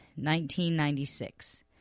1996